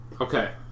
okay